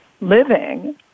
living